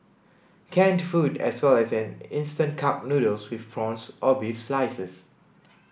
canned food as well as an instant cup noodles with prawns or beef slices